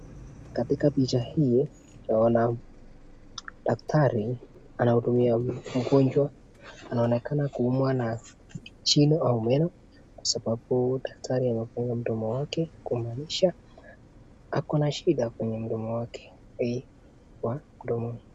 Katika picha hii naona Daktari anahudumia huyu mgonjwa anaonekana kumwa na jino au meno kwa sababu daktari anafunga mdomo wake kumaanisha ako na shida kwenye mdomo wake.